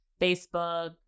Facebook